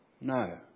No